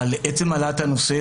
על עצם העלאת הנושא,